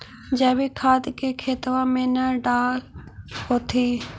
जैवीक खाद के खेतबा मे न डाल होथिं?